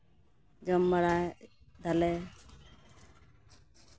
ᱡᱚᱢ ᱵᱟᱲᱟᱭ ᱫᱟᱞᱮ